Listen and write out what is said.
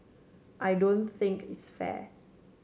I don't think it's fair